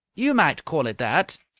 you might call it that.